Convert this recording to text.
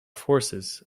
forces